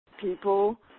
people